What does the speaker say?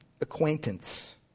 acquaintance